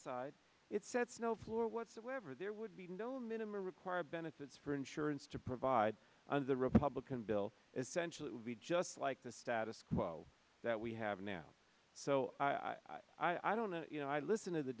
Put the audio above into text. side it sets no floor whatsoever there would be no minimum required benefits for insurance to provide on the republican bill essentially would be just like the status quo that we have now so i don't know you know i listen to the